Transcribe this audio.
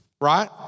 Right